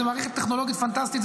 זו מערכת טכנולוגית פנטסטית,